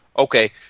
Okay